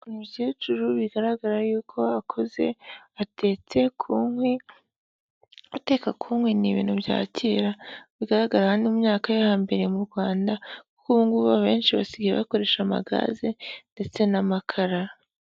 Umukecuru bigaragara yuko akuze atetse ku nkwi, guteka ku nkwi ni ibintu bya kera bigaragara aha ni mu myaka yo ha mbere mu Rwanda kuko ubu ngubu abenshi basigaye bakoresha amagaze ndetse n'amakara.